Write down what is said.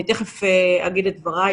אני מציעה שנגדר את הדיון.